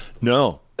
No